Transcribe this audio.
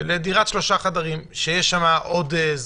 לדירת שלושה חדרים שיש בה עוד זוג.